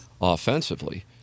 offensively